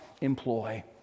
employ